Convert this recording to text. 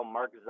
Mark